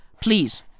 please